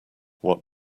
what